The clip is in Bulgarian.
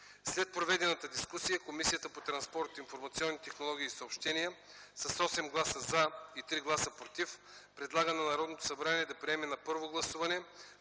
След проведената дискусия Комисията по транспорт, информационни технологии и съобщения с 8 гласа „за” и 3 гласа „против” предлага на Народното събрание да приеме на първо гласуване